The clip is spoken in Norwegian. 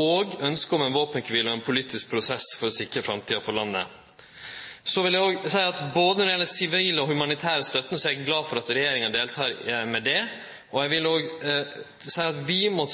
og ønsket om ei våpenkvile og ein politisk prosess for å sikre framtida for landet. Så vil eg òg seie at både når det gjeld den sivile og den humanitære støtta, er eg glad for at regjeringa deltek her. Eg vil òg seie at det no